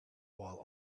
while